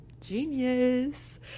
Genius